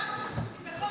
בכל הכבוד,